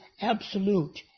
absolute